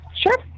Sure